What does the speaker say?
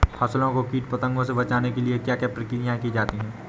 फसलों को कीट पतंगों से बचाने के लिए क्या क्या प्रकिर्या की जाती है?